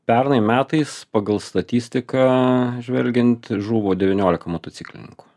pernai metais pagal statistiką žvelgiant žuvo devyniolika motociklininkų